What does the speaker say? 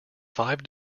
five